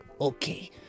Okay